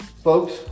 Folks